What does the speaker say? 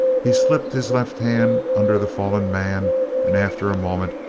he slipped his left hand under the fallen man and after a moment,